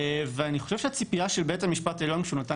אני חושב שהציפייה של בית המשפט העליון כשהוא נתן